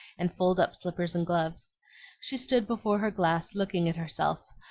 and fold up slippers and gloves she stood before her glass looking at herself,